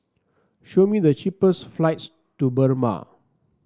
show me the cheapest flights to Burma